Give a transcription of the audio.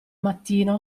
mattino